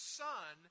son